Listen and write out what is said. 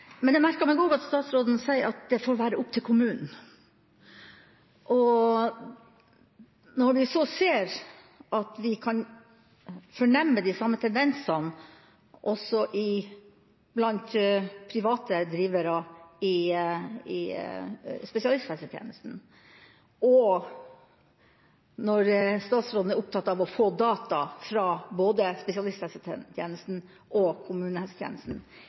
Men jeg merker meg at statsråden sier at det får være opp til kommunen. Når vi så kan fornemme de samme tendensene også blant private drivere i spesialisthelsetjenesten, og når statsråden er opptatt av å få data fra både spesialisthelsetjenesten og kommunehelsetjenesten,